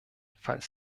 falls